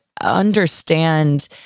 understand